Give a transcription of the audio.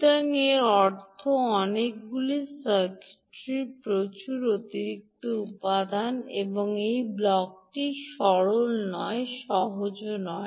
সুতরাং এর অর্থ অনেকগুলি সার্কিটরি প্রচুর অতিরিক্ত উপাদান এই ব্লকটি সরল নয় সহজ সরল নয়